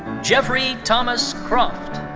jeffrey thomas croft.